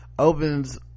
opens